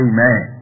Amen